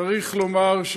צריך לומר,